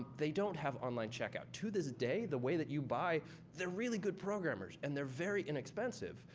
they don't have online checkout. to this day, the way that you buy they're really good programmers, and they're very inexpensive,